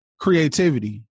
creativity